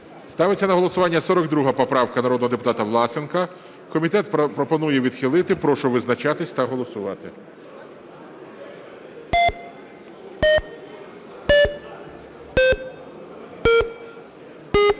ставлю на голосування 44 поправку народного депутата Власенка. Комітет пропонує відхилити. Прошу визначатись та голосувати.